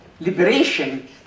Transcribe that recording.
liberation